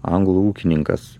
anglų ūkininkas